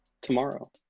tomorrow